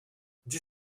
dix